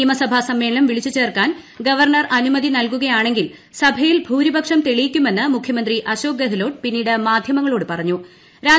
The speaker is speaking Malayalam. നിയമസഭൂ സ്മ്മേളനം വിളിച്ചു ചേർക്കാൻ ഗവർണർ അനുമതി നൽകുക്യാണെങ്കിൽ സഭയിൽ ഭൂരിപക്ഷം തെളിയിക്കുമെന്ന് മുഖ്യമന്ത്രി അശോക് ഗെഹ്ലോട്ട് പിന്നീട് മാധ്യമപ്രവർത്തകരോട് പ്പുഞ്ഞ്ത്